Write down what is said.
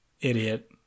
idiot